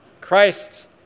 Christ